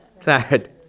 Sad